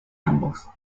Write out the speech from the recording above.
ambos